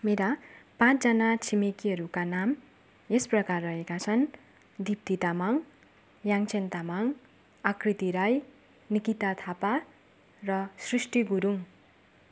मेरा पाँचजना छिमेकीहरूका नाम यस प्रकार रहेका छन् दीप्ति तामाङ याङ्छेन तामाङ आकृति राई निकिता थापा र सृष्टि गुरुङ